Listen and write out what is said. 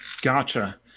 Gotcha